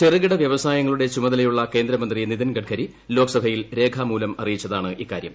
ചെറുകിട വ്യവസായങ്ങളുടെ ചുമതലയുള്ള കേന്ദ്രമന്ത്രി നിതിൻ ഗഡ്കരി ലോക്സഭയിൽ രേഖാമൂലം അറിയിച്ചതാണ് ഇക്കാര്യം